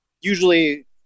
usually –